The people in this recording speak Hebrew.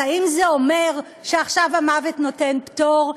אז האם זה אומר שעכשיו המוות נותן פטור?